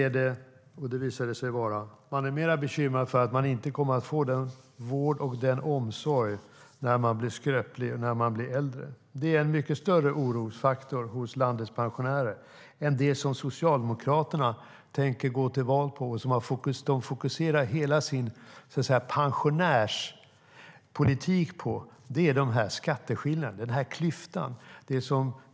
Nej, det visar sig att de är mer bekymrade över att inte få den vård och omsorg de behöver när de blir skröpliga och äldre. Det är en mycket större orosfaktor hos landets pensionärer än det Socialdemokraterna tänker gå till val på. Det man fokuserar hela sin pensionärspolitik på är skatteskillnaden - klyftan.